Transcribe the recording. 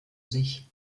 sich